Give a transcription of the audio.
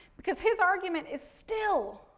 because his argument is still,